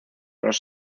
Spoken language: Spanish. los